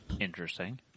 interesting